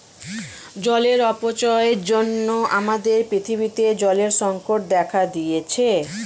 জলের অপচয়ের জন্য আমাদের পৃথিবীতে জলের সংকট দেখা দিয়েছে